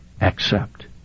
accept